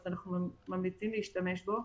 אז אנחנו ממליצים להשתמש בו.